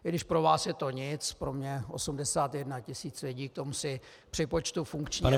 I když pro vás je to nic, pro mě 81 tisíc lidí k tomu si připočtu funkční